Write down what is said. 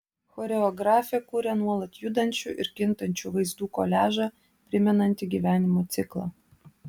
choreografė kuria nuolat judančių ir kintančių vaizdų koliažą primenantį gyvenimo ciklą